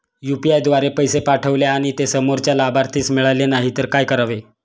UPI द्वारे पैसे पाठवले आणि ते समोरच्या लाभार्थीस मिळाले नाही तर काय करावे?